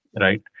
right